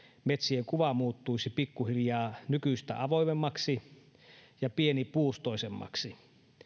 metsien kuva muuttuisi pikkuhiljaa nykyistä avoimemmaksi ja pienipuustoisemmaksi